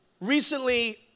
recently